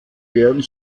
werden